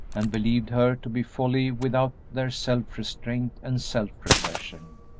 and believed her to be wholly without their self-restraint and self-repression.